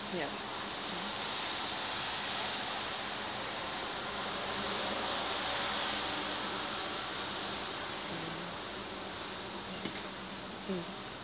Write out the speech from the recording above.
ya mm